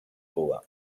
cuba